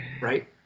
Right